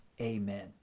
Amen